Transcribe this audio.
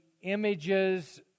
images